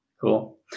Cool